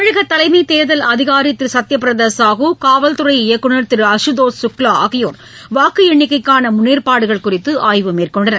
தமிழகதலைமைதேர்தல் அதிகாரிதிருசத்யபிரதாசாஹூ காவல் துறை இயக்குநர் திருஅசுதோஷ் சுக்லாஆகியோர் வாக்குஎண்ணிக்கைக்கானமுன்னேற்பாடுகள் குறித்துஆய்வு மேற்கொண்டனர்